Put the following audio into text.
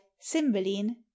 Cymbeline